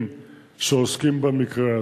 בפרובוקציה.